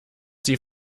sie